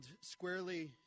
squarely